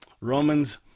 Romans